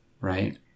right